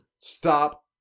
stop